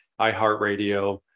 iHeartRadio